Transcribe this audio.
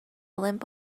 limp